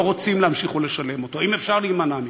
לא רוצים להמשיך לשלם אותו אם אפשר להימנע מכך.